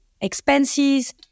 expenses